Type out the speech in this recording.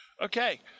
Okay